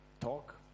talk